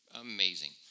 Amazing